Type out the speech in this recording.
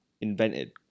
invented